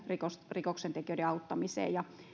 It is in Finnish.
rikoksentekijöiden auttamiseen ja